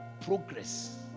progress